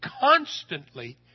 constantly